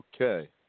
Okay